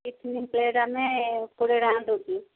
tiffin plate ଆମେ କୋଡ଼ିଏ ଟଙ୍କା ନେଉଛୁ